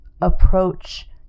approach